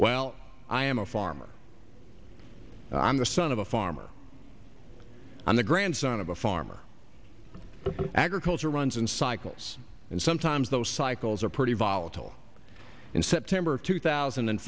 well i am a farmer i'm the son of a farmer and the grandson of a farmer agriculture runs in cycles and sometimes those cycles are pretty volatile in september two thousand and